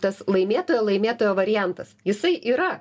tas laimėtojo laimėtojo variantas jisai yra